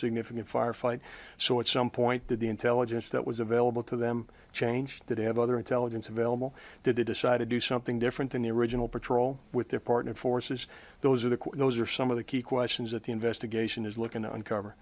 significant firefight so at some point did the intelligence that was available to them change that have other intelligence available did they decide to do something different than the original patrol with their partner forces those are the quick those are some of the key questions that the investigation is looking to uncover